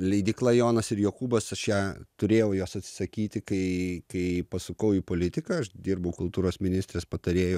leidykla jonas ir jokūbas aš ją turėjau jos atsisakyti kai kai pasukau į politiką aš dirbau kultūros ministrės patarėju